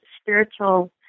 spiritual